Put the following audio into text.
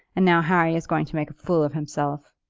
and now harry is going to make a fool of himself.